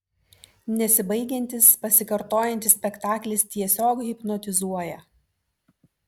nesibaigiantis pasikartojantis spektaklis tiesiog hipnotizuoja